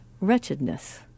wretchedness